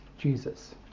jesus